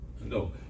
No